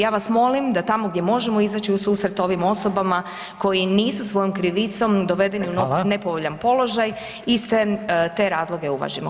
Ja vas molim da tamo gdje možemo izaći u susret ovim osobama koji nisu svojom krivicom dovedeni u nepovoljan položaj iste te razloge uvažimo.